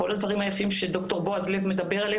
כל הדברים היפים שד"ר בועז לב מדבר עליהם,